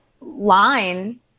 line